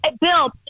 Bill